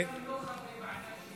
גם לא חברי ועדה שהגיעו.